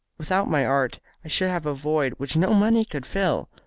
without my art i should have void which no money could fill.